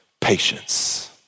patience